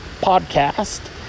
podcast